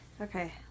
Okay